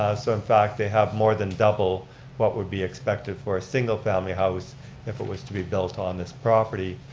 so in fact, they have more than double what would be expected for a single-family house if it was to be built on this property.